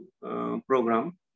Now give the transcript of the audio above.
program